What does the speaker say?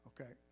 okay